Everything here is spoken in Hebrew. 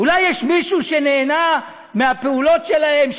אולי יש מישהו שנהנה מהפעולות שלהם,